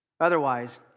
Otherwise